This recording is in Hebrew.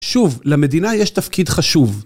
שוב, למדינה יש תפקיד חשוב.